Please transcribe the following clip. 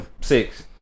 Six